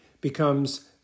becomes